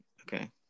okay